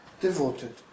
devoted